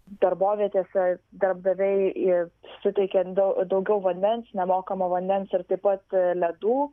darbovietėse darbdaviai ir suteikė dau daugiau vandens nemokamo vandens ir taip pat ledų